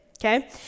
okay